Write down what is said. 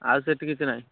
ଆଉ ସେଇଠି କିଛି ନାହିଁ